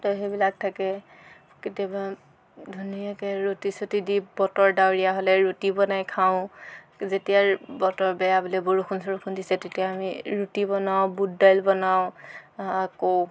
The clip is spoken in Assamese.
তো সেইবিলাক থাকে কেতিয়াবা ধুনীয়াকৈ ৰুটি চুতি দি বতৰ ডাৱৰীয়া হ'লে ৰুটি বনাই খাওঁ যেতিয়া বতৰ বেয়া বোলে বৰষুণ চৰষুণ দিছে তেতিয়া আমি ৰুটি বনাওঁ বুট দাইল বনাওঁ আকৌ